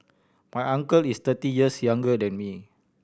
my uncle is thirty years younger than me